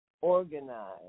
organize